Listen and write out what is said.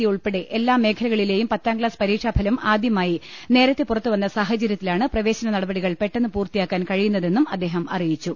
E ഉൾപ്പെടെ എല്ലാ മേഖലകളിലെയും പത്താംക്താസ് പരീക്ഷാഫലം ആദ്യമായി നേരത്തെ പുറത്തുവന്ന സാഹചര്യത്തിലാണ് പ്രവേ ശന നടപടികൾ പെട്ടെന്ന് പൂർത്തിയാക്കാൻ കഴിയുന്നതെന്നും അദ്ദേഹം അറിയിച്ചു